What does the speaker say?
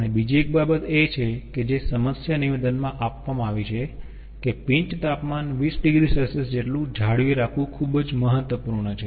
અને બીજી એક બાબત એ છે કે જે સમસ્યા નિવેદનમાં આપવામાં આવી છે કે પિન્ચ તાપમાન 20 oC જેટલું જાળવી રાખવું ખૂબ જ મહત્વપૂર્ણ હોય છે